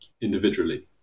individually